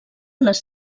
les